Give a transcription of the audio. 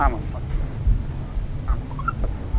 आमाम् अस्तु आम् अस्तु